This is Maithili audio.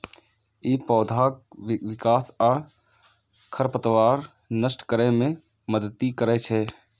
ई पौधाक विकास आ खरपतवार नष्ट करै मे मदति करै छै